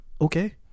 okay